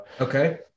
okay